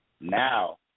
Now